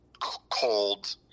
cold